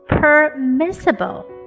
permissible